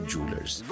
Jewelers